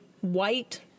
white